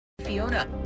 Fiona